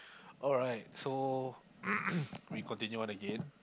alright so we continue on again